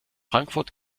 frankfurt